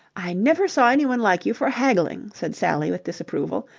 i never saw anyone like you for haggling, said sally with disapproval.